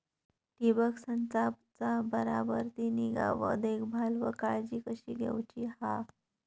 ठिबक संचाचा बराबर ती निगा व देखभाल व काळजी कशी घेऊची हा?